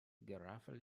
geraffel